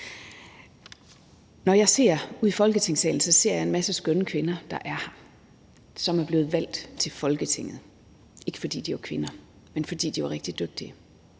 Når jeg ser ud i Folketingssalen, ser jeg en masse skønne kvinder, der er her, og som er blevet valgt til Folketinget, ikke fordi de er kvinder, men fordi de er rigtig dygtige,